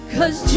Cause